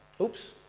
Oops